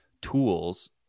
tools